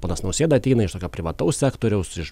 ponas nausėda ateina iš privataus sektoriaus iš